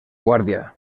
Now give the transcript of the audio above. guàrdia